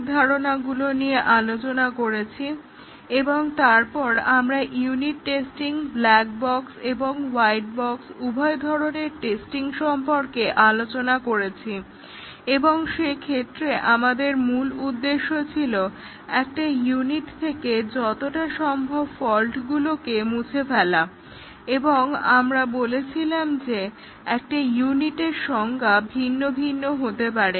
এখনো পর্যন্ত আমরা টেস্টিংয়ের প্রাথমিক ধারনাগুলো নিয়ে আলোচনা করেছি এবং তারপর আমরা ইউনিট টেস্টিং ব্ল্যাক বক্স এবং হোয়াইট বক্স উভয় ধরনের টেস্টিং সম্পর্কে আলোচনা করেছি এবং সেক্ষেত্রে আমাদের মূল উদ্দেশ্য ছিল একটা ইউনিট থেকে যতটা সম্ভব ফল্টগুলোকে মুছে ফেলা এবং আমরা বলেছিলাম যে একটা ইউনিটের সংজ্ঞা ভিন্ন ভিন্ন হতে পারে